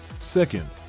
Second